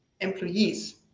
employees